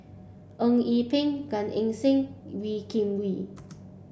Eng Yee Peng Gan Eng Seng Wee Kim Wee